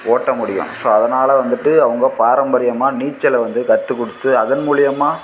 ஓட்ட முடியும் ஸோ அதனால் வந்துட்டு அவங்க பாரம்பரியமாக நீச்சல வந்து கற்றுக் கொடுத்து அதன் மூலயமா